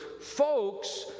folks